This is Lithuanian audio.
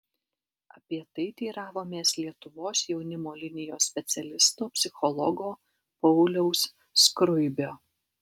apie tai teiravomės lietuvos jaunimo linijos specialisto psichologo pauliaus skruibio